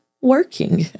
working